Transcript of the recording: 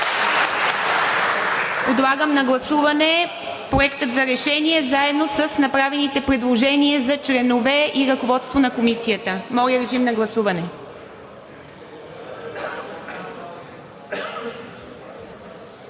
Подлагам на гласуване Проекта за решение, заедно с направените предложения за членове и ръководство на Комисията. Гласували